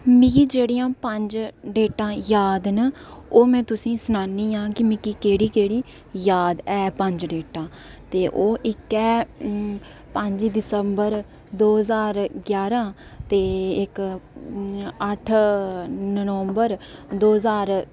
जेह्ड़ियां पंज डेटां जाद न ओह् में तुसेंई सनानियां आं कि मिगी केह्ड़ी केह्ड़ी जाद ऐ पंज डेटां ओह् इक ऐ पंज दिसम्बर दो ज्हार ञारां ते इक अट्ठ नवम्बर दो ज्हार